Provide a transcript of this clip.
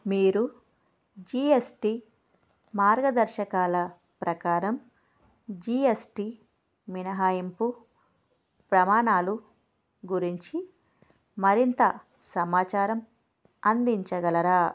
మీరు G S T మార్గదర్శకాల ప్రకారం జీ ఎస్ టీ మినహాయింపు ప్రమాణాలు గురించి మరింత సమాచారం అందించగలరా